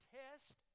test